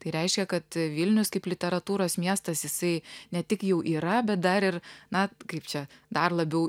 tai reiškia kad vilnius kaip literatūros miestas jisai ne tik jau yra bet dar ir na kaip čia dar labiau